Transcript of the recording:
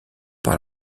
par